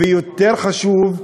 ויותר חשוב,